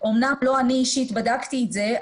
אמנם לא אני אישית בדקתי את זה,